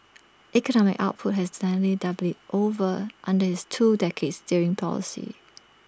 economic output has nearly doubled over under his two decades steering policy